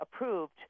approved